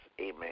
Amen